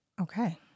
Okay